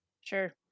sure